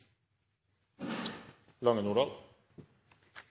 lange